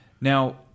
now